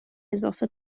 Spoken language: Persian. اضافه